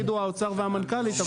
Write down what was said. יגידו האוצר והמנכ"לית,